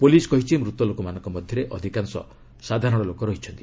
police କହିଛି ମୃତକମାନଙ୍କ ମଧ୍ୟରେ ଅଧିକାଂଶ ସାଧାରଣ ଲୋକ ଅଛନ୍ତି